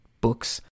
books